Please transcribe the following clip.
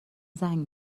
زنگ